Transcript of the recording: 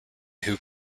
who